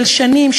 של שנים,